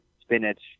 spinach